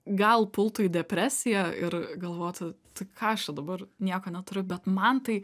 gal pultų į depresiją ir galvotų tai ką aš čia dabar nieko neturiu bet man tai